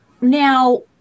Now